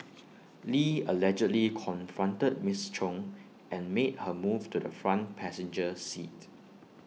lee allegedly confronted miss chung and made her move to the front passenger seat